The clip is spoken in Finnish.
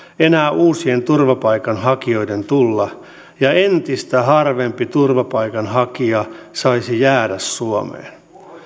enää uusien turvapaikanhakijoiden tulla ja että entistä harvempi turvapaikanhakija saisi jäädä suomeen